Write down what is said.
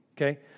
okay